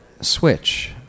switch